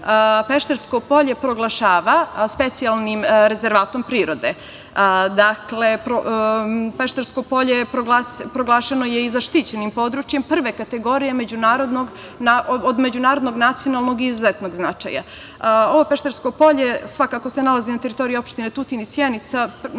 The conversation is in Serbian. Peštarsko polje proglašava specijalnim rezervatom prirode. Dakle, Peštarsko polje je proglašeno i zaštićenim područjima prve kategorije od međunarodnog, nacionalnog i izuzetnog značaja. Ovo Peštarsko polje svakako se nalazi na teritoriji opštine Tutin i Sjenica.